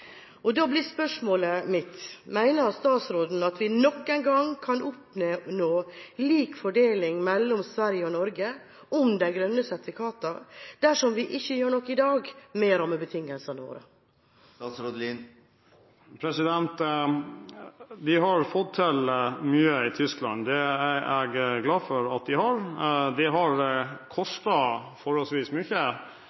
Da blir spørsmålet mitt: Mener statsråden at vi nok en gang kan oppnå lik fordeling mellom Norge og Sverige om de grønne sertifikatene dersom vi ikke gjør noe med rammebetingelsene våre i dag? De har fått til mye i Tyskland. Det er jeg glad for at de har. Det har